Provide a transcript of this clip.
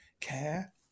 care